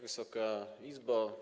Wysoka Izbo!